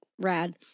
rad